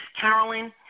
Carolyn